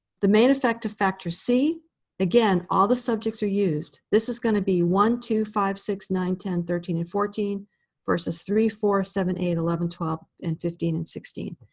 the main effect of factor c again, all the subjects are used. this is going to be one, two, five, six, nine, ten, thirteen, and fourteen versus three, four, seven, eight, eleven, twelve, and fifteen and sixteen.